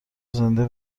زنده